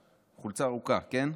ארוכה, חולצה ארוכה, כן?